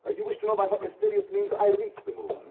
ah you wish to know by what mysterious means i reached the moon!